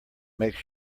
makes